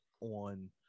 on